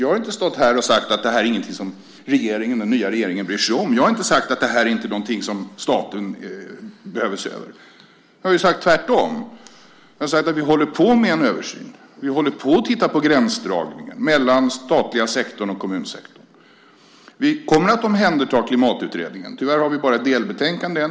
Jag har inte stått här och sagt att det här är något som den nya regeringen inte bryr sig om. Jag har inte sagt att det här är någonting som staten inte behöver se över. Tvärtom har jag sagt att vi håller på med en översyn och att vi tittar på gränsdragningen mellan den statliga sektorn och kommunsektorn. Vi kommer att omhänderta Klimatutredningen. Tyvärr har vi än så länge bara ett delbetänkande.